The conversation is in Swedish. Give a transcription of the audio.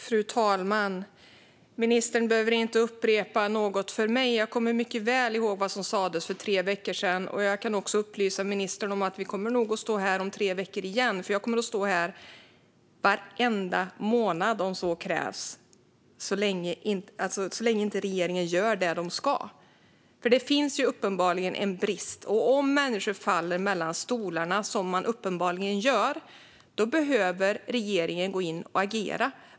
Fru talman! Ministern behöver inte upprepa något för mig. Jag kommer mycket väl ihåg vad som sas för tre veckor sedan. Jag kan också upplysa ministern om att vi nog kommer att stå här igen om tre veckor. Jag kommer att stå här varenda månad om så krävs så länge inte regeringen gör det den ska. Det finns uppenbarligen en brist. Om människor faller mellan stolarna, som de uppenbarligen gör, behöver regeringen gå in och agera.